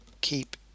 keep